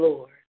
Lord